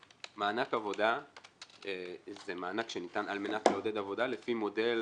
מענק עבודה זה מענק שניתן על מנת לעודד עבודה על פי מודל